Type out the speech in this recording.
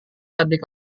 adik